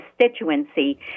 constituency